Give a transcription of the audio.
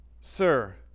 Sir